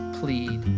plead